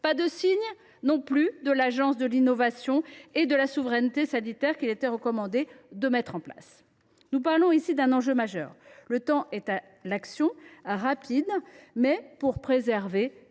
pas question non plus de l’agence de l’innovation et de la souveraineté sanitaire qu’il était recommandé de mettre en place. Nous parlons ici d’un enjeu majeur. Le temps est à l’action, l’action rapide, mais pour préserver notre